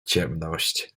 ciemność